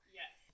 yes